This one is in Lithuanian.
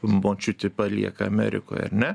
močiuti palieka amerikoj ar ne